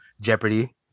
Jeopardy